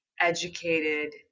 educated